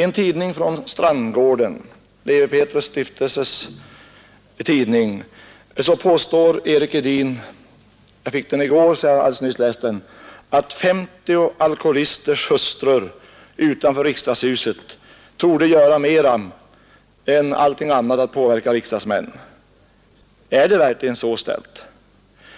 I Strandgårdens Tidning, Lewi Pethrus” Stiftelse tidning, påstår Erik Edin — jag fick tidningen i går så jag har alldeles nyss läst den — att 50 alkoholisters hustrur utanför riksdagshuset torde göra mera än andra argument när det gäller att påverka riksdagsmännen. Är det verkligen så ställt?